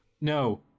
No